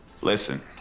Listen